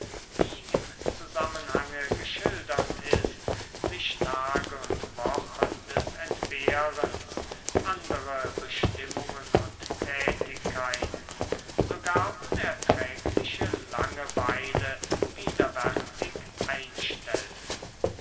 wie im zusammenhange geschildert ist sich tage und wochen des entbehrens andere bestimmungen und tätigkeiten sogar unerträgliche langeweile widerwärtig einstellten